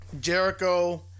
Jericho